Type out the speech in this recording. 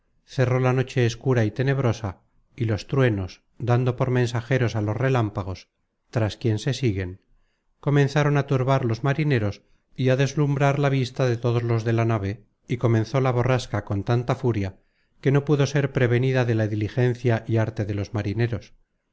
cerró la noche escura y tenebrosa y los truenos dando por mensajeros á los relámpagos tras quien se siguen comenzaron á turbar los marineros y á deslumbrar la vista de todos los de la nave y comenzó la borrasca con tanta furia que no pudo ser prevenida de la diligencia y arte de los marineros